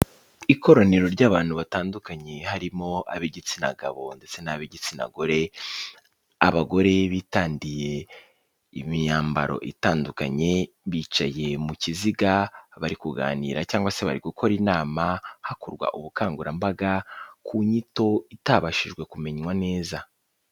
Ikoraniro ry'abantu batandukanye harimo ab'igitsina gabo ndetse n'ab'igitsina gore, abagore bitandiye imyambaro itandukanye, bicaye mu kiziga bari kuganira cyangwa se bari gukora inama hakorwa ubukangurambaga ku nyito itabashije kumenywa neza.